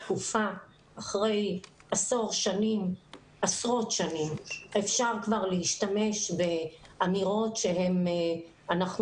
אחרי עשרות שנים אפשר כבר להשתמש באמירות שאנחנו